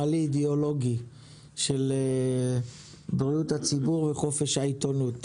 שמאלי אידיאולוגי של בריאות הציבור וחופש העיתונות,